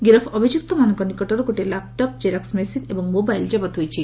ଗିରଫ ଅଭିଯୁକ୍ତ ମାନଙ୍କ ନିକଟରୁ ଗୋଟିଏ ଲାପଟପ୍ ଜେରକ୍ନ ମେସିନ ଏବଂ ମୋବାଇଲ ଜବତ ହୋଇଛି